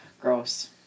gross